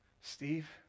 Steve